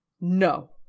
No